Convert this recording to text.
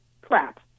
crap